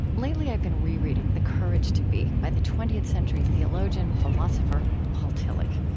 lately, i've been re-reading the courage to be, by the twentieth century theologian philosopher paul tillich.